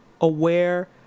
aware